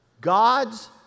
God's